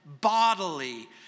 bodily